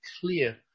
clear